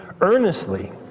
earnestly